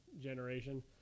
generation